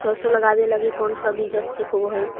सरसों लगावे लगी कौन से बीज ठीक होव हई?